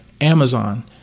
Amazon